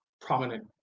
prominent